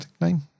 name